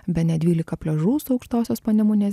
bene dvylika pliažų aukštosios panemunės